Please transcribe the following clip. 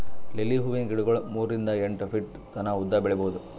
lily ಹೂವಿನ ಗಿಡಗೊಳ್ ಮೂರಿಂದ್ ಎಂಟ್ ಫೀಟ್ ತನ ಉದ್ದ್ ಬೆಳಿಬಹುದ್